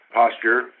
posture